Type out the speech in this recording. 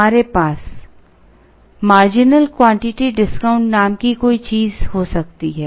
हमारे पास marginal quantity discount नाम की कोई चीज हो सकती है